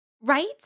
Right